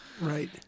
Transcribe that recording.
Right